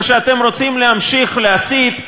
או שאתם רוצים להמשיך להסית,